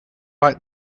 like